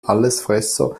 allesfresser